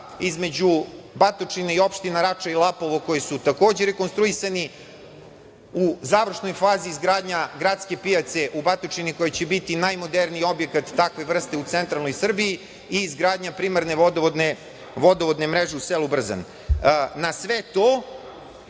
između Batočine i opštine Rača i Lapovo koji su takođe rekonstruisani, u završnoj fazi izgradnja gradske pijace u Batočini koja će biti najmoderniji objekat takve vrste u cetralnoj Srbiji i izgradnja primarne vodovodne mreže u selo Brzan. Na sve to